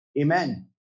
Amen